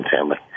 family